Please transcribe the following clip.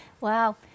Wow